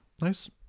nice